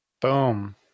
Boom